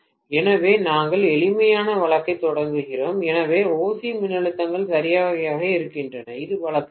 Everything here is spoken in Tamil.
எனவே நாங்கள் எளிமையான வழக்கைத் தொடங்குகிறோம் எனவே OC மின்னழுத்தங்கள் சரியாகவே இருக்கின்றன இது வழக்கு 1